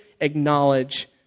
acknowledge